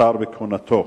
נותר בכהונתו.